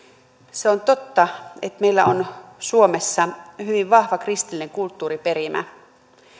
se on totta että meillä on suomessa hyvin vahva kristillinen kulttuuriperimä